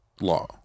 law